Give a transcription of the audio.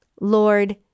Lord